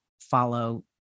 follow